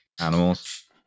animals